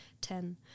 ten